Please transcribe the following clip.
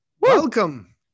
Welcome